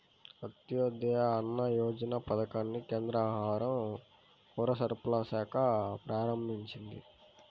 అంత్యోదయ అన్న యోజన పథకాన్ని కేంద్ర ఆహార, పౌరసరఫరాల శాఖ ప్రారంభించింది